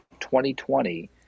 2020